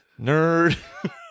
Nerd